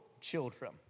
children